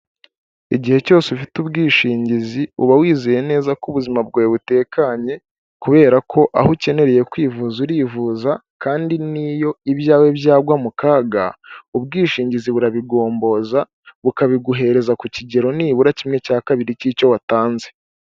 Igihe cyose ufite ubwishingizi uba wizeye neza ko ubuzima bwawe butekanye kubera ko aho ukenereye kwivuza urivuza kandi n'iyo ibyawe byagwa mu kaga ubwishingizi burabigomboza ukabiguhereza ku kigero nibura kimwe cya kabiri cy'icyo watanze.